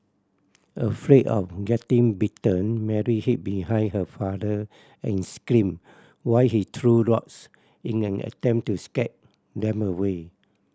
afraid of getting bitten Mary hid behind her father and screamed while he threw rocks in an attempt to scare them away